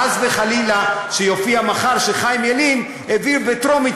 חס וחלילה יופיע מחר שחיים ילין העביר בטרומית